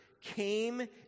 Came